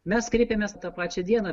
mes kreipėmės tą pačią dieną